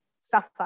suffer